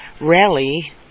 rally